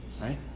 Right